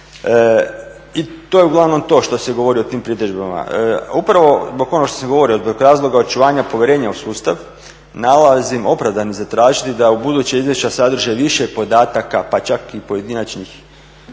I to je uglavnom to što se govori o tim pritužbama. Upravo zbog onog što sam govorio, zbog razloga očuvanja povjerenja u sustav nalazim opravdanim zatražiti da ubuduće izvješća sadrže više podataka pa čak i pojedinačnih